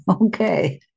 Okay